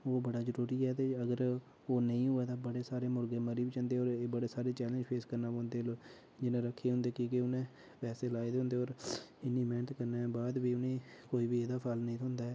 ओह् बड़ा जरूरी ऐ ते अगर ओह् नेईं होवै तां बड़े सारे मुर्गे मरी बी जंदे होर एह् बड़े सारे चैलेन्ज फेस करना पौंदे जिनें रक्खे दे होंदे कि के उ'नें पैसे लाए दे होंदे होर इन्नी मेहनत करने दे बाद बी उ'नेंगी कोई बी एह्दा फल नेईं थ्होंदा ऐ